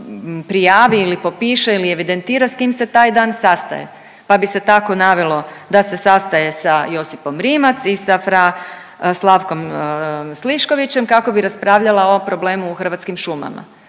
prijavi ili popiše ili evidentira s kim se taj dan sastaje, pa bi se tako navelo da se sastaje sa Josipom Rimac i sa fra. Slavkom Sliškovićem kako bi raspravljala o problemu u Hrvatskim šumama,